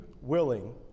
willing